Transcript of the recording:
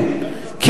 זה